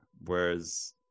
Whereas